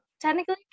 technically